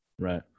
Right